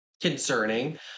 concerning